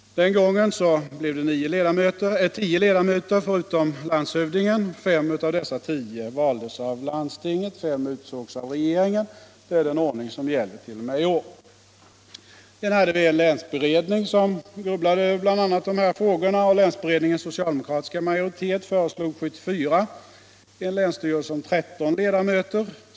Den gången blev det 10 ledamöter förutom landshövdingen; 5 av dessa 10 valdes av landstinget, 5 utsågs av regeringen. Det är den ordning som gäller t.o.m. i år. Sedan hade vi en länsberedning som grubblade över bl.a. de här frågorna, och länsberedningens socialdemokratiska majoritet föreslog 1974 en länsstyrelse med 13 ledamöter.